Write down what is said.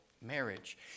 marriage